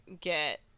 get